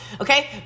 Okay